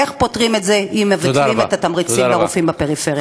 איך פותרים את זה אם מבטלים את התמריצים לרופאים בפריפריה?